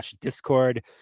Discord